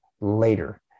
later